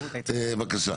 בבקשה.